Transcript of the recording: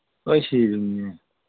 ꯂꯣꯏ ꯁꯤꯔꯤꯝꯅꯤꯅꯦ